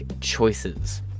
choices